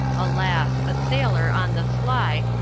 alas! a sailor on the sly,